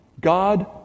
God